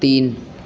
तीन